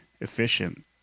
efficient